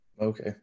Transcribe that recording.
Okay